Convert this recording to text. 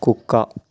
కుక్క